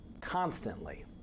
constantly